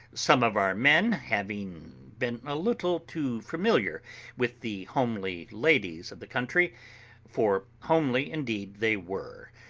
some of our men having been a little too familiar with the homely ladies of the country for homely, indeed, they were,